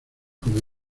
como